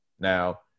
Now